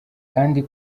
kandi